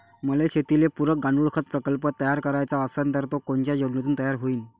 मले शेतीले पुरक गांडूळखत प्रकल्प तयार करायचा असन तर तो कोनच्या योजनेतून तयार होईन?